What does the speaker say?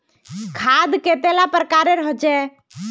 खाद कतेला प्रकारेर होचे?